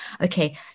okay